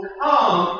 come